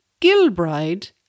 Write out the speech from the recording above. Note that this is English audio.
Gilbride